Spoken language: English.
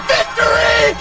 Victory